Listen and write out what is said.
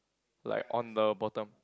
like on the bottom